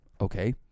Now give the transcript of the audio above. okay